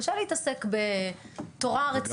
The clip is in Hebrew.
קשה להתעסק בתורה רצינית גדולה.